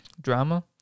Drama